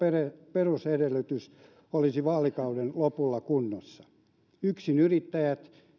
perusedellytys olisi vaalikauden lopulla kunnossa yksinyrittäjät